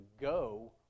go